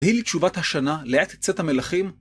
תהי לי תשובת השנה לעת יצאת המלאכים.